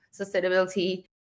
sustainability